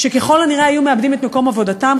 שככל הנראה היו מאבדים את מקום עבודתם.